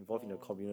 orh